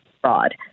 fraud